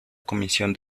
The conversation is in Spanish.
comisión